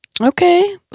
Okay